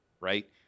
right